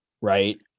Right